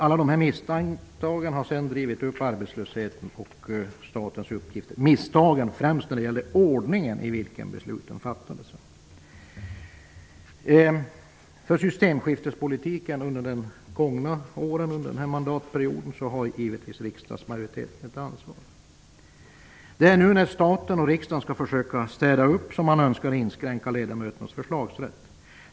Alla de här misstagen har sedan drivit upp arbetslösheten och statens utgifter. Det var främst misstaget när det gäller ordningen i vilken besluten fattades. För systemskiftespolitiken under den gångna mandatperioden har givetvis riksdagsmajoriteten ett ansvar. Det är när staten och riksdagen nu skall försöka städa upp som man önskar inskränka ledamöternas förslagsrätt.